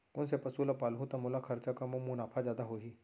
कोन से पसु ला पालहूँ त मोला खरचा कम अऊ मुनाफा जादा होही?